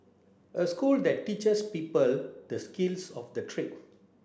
a school that teaches people the skills of the trade